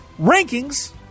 rankings